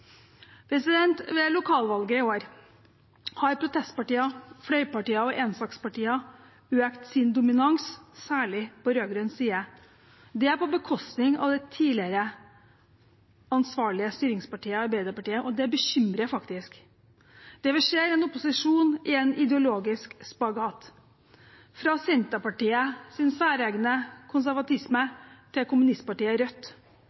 Ved lokalvalget i år har protestpartier, fløypartier og ensakspartier økt sin dominans, særlig på rød-grønn side. Det er på bekostning av det tidligere ansvarlige styringspartiet, Arbeiderpartiet, og det bekymrer faktisk. Det vi ser, er en opposisjon i en ideologisk spagat, fra Senterpartiets særegne konservatisme til kommunistpartiet Rødt,